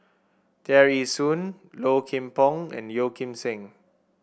Tear Ee Soon Low Kim Pong and Yeo Kim Seng